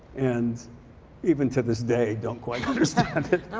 and even to this day don't quite understand it. i'm